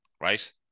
right